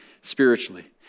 spiritually